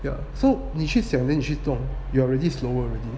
ya so 你去想你去动 you are already slower